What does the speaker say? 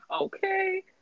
Okay